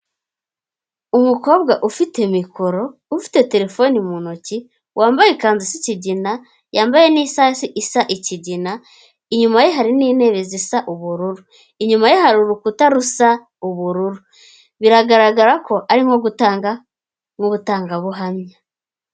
Umukobwa ufite mikoro ufite terefone mu ntoki wambaye ikanzu isa ikigina yambaye n'isaha isa ikigina, inyuma ye hari n'intebe zisa ubururu inyuma ye hari urukuta rusa ubururu biragaragara ko ari nko gutanga ubutangabuhamya.